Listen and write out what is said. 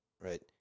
Right